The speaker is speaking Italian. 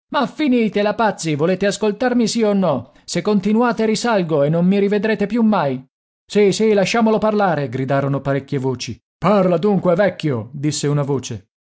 ma finitela pazzi volete ascoltarmi sì o no se continuate risalgo e non mi rivedrete più mai sì sì lasciamolo parlare gridarono parecchie voci parla dunque vecchio disse una voce